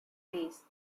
race